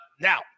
Now